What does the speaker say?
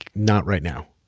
not right now